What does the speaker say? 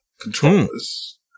controllers